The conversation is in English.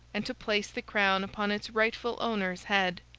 and to place the crown upon its rightful owner's head.